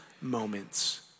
moments